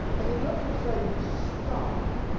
and it doesn't say stop,